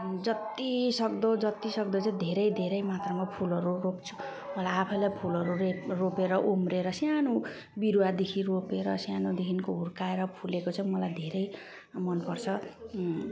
जत्तिसक्दो जत्तिसक्दो चाहिँ धेरै धेरै मात्रामा फुलहरू रोप्छु मलाई आफैलाई फुलहरू रोप रोपेर उम्रिएर सानो बिरुवादेखि रोपेर सानोदेखिको हुर्काएर फुलेको चाहिँ मलाई धेरै मनपर्छ